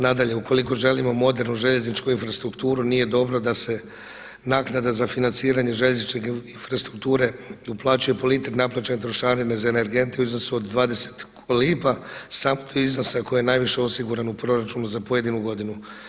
Nadalje, ukoliko želimo modernu željezničku infrastrukturu nije dobro da se naknada za financiranje željezničke infrastrukture uplaćuje po litri naplaćene trošarine za energente u iznosu od 20 lipa samo do iznosa koji je najviše osiguran u proračunu za pojedinu godinu.